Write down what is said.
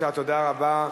תודה רבה,